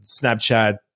Snapchat